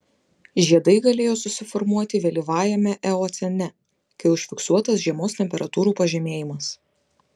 žiedai galėjo susiformuoti vėlyvajame eocene kai užfiksuotas žiemos temperatūrų pažemėjimas